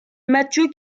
mathieu